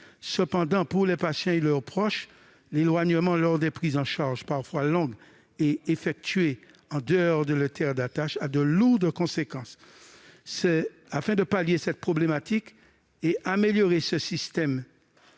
Cependant, pour les patients et leurs proches, l'éloignement lors des prises en charge, parfois longues et effectuées en dehors de leur terre d'attache, entraîne de lourdes conséquences. Afin de pallier cette difficulté et d'améliorer le système,